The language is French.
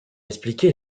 expliquer